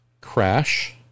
crash